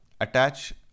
attach